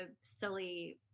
silly